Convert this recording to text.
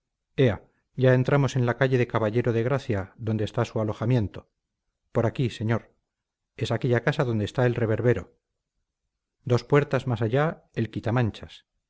ya entramos en la calle de caballero de gracia donde está su alojamiento por aquí señor es aquella casa donde está el reverbero dos puertas más allá del quitamanchas